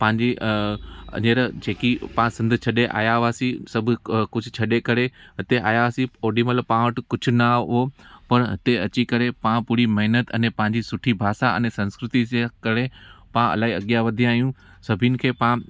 पंहिंजी अगरि जेकी पां सिंध छॾे आया हुआसीं सभु अ कुझु छॾे करे हिते आया हुआसीं ओॾीमहिल पां वटि कुझु न हुयो पर हिते अची करे पा पूरी महिनत अने पंहिंजी सुठी भाषा अने संस्कृति सां करे पां इलाही अॻियां वधिया आहियूं सभिनि खे पां